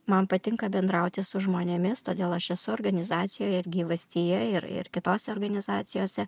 man patinka bendrauti su žmonėmis todėl aš esu organizacijoje ir gyvastyje ir kitose organizacijose